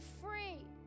free